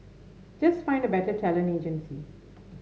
just find a better talent agency